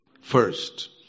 first